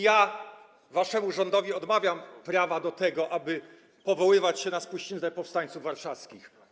Ja waszemu rządowi odmawiam prawa do tego, aby powoływać się na spuściznę powstańców warszawskich.